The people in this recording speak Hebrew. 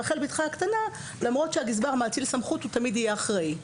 ברחל בתך הקטנה: למרות שהגזבר מאציל סמכות הוא תמיד יהיה האחראי.